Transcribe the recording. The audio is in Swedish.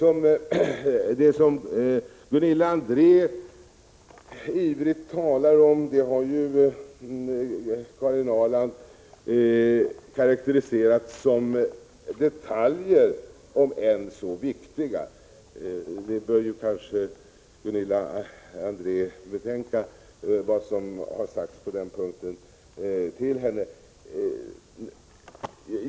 Det som Gunilla André ivrigt talade om har ju Karin Ahrland karakteriserat som detaljer, om än så viktiga. Gunilla André bör kanske tänka på vad som har sagts på den punkten.